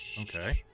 Okay